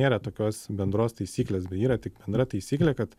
nėra tokios bendros taisyklės bet yra tik bendra taisyklė kad